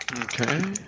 Okay